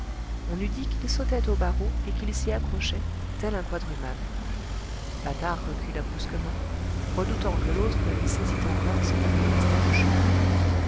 on eût dit qu'il sautait aux barreaux et qu'il s'y accrochait tel un quadrumane patard recula brusquement redoutant que l'autre ne lui saisît encore ce qui lui restait de cheveux